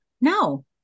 No